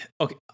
Okay